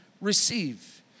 receive